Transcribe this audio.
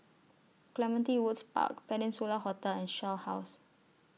Clementi Woods Park Peninsula Hotel and Shell House